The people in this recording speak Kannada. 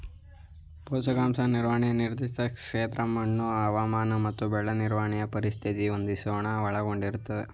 ಪೋಷಕಾಂಶ ನಿರ್ವಹಣೆ ನಿರ್ದಿಷ್ಟ ಕ್ಷೇತ್ರದ ಮಣ್ಣು ಹವಾಮಾನ ಮತ್ತು ಬೆಳೆ ನಿರ್ವಹಣೆ ಪರಿಸ್ಥಿತಿನ ಹೊಂದಿಸೋದನ್ನ ಒಳಗೊಂಡಿರ್ತದೆ